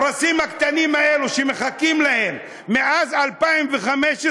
הפרסים הקטנים האלה שמחלקים להם מאז 2015,